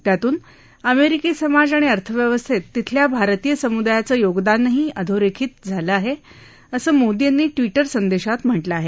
त्यातून अमेरिकी समाज आणि अर्थव्यवस्थेत तिथल्या भारतीय समुदायाचं योगदानही अधोरेखित झालं आहे असं मोदी यांनी ट्विटर संदेशात म्हटलं आहे